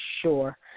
sure